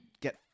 get